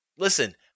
Listen